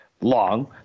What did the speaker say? long